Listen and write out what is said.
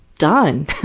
done